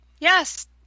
Yes